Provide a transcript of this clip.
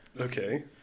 Okay